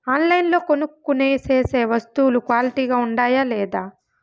ఆన్లైన్లో కొనుక్కొనే సేసే వస్తువులు క్వాలిటీ గా ఉండాయా లేదా?